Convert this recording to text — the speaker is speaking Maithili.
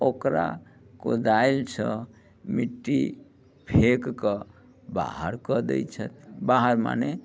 ओकरा कोदालिसँ मिट्टी फेक कऽ बाहर कऽ दय छथि बाहर मने